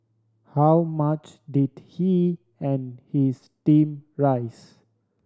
how much did he and his team raise